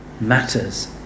matters